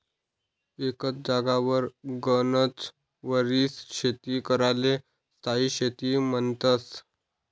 एकच जागावर गनच वरीस शेती कराले स्थायी शेती म्हन्तस